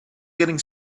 getting